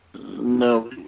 No